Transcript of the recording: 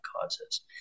causes